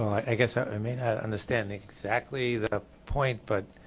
i guess i may not understand exactly the point but